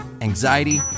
anxiety